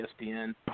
ESPN